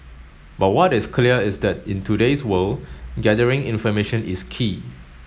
but what is clear is that in today's world gathering information is key